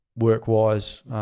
work-wise